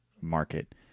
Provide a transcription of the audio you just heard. market